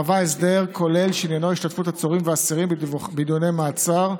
מהווה הסדר כולל שעניינו השתתפות עצורים ואסירים בדיוני מעצר,